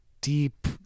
deep